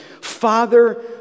Father